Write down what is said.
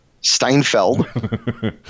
Steinfeld